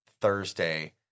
Thursday